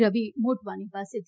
રવિ મોટવાણી પાસેથી